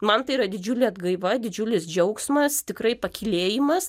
man tai yra didžiulė atgaiva didžiulis džiaugsmas tikrai pakylėjimas